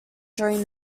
during